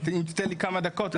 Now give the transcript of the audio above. תן לי כמה דקות.